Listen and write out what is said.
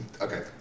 Okay